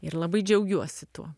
ir labai džiaugiuosi tuo